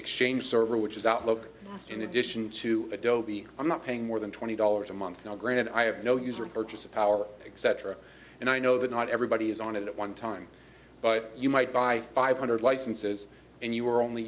exchange server which is outlook in addition to adobe i'm not paying more than twenty dollars a month now granted i have no user purchasing power etc and i know that not everybody is on it at one time but you might buy five hundred licenses and you are only